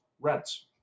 rents